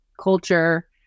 culture